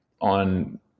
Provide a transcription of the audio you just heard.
On